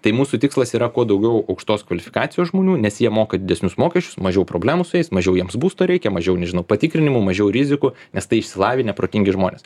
tai mūsų tikslas yra kuo daugiau aukštos kvalifikacijos žmonių nes jie moka didesnius mokesčius mažiau problemų su jais mažiau jiems būsto reikia mažiau nežinau patikrinimų mažiau rizikų nes tai išsilavinę protingi žmonės